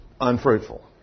unfruitful